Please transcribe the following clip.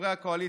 חברי הקואליציה,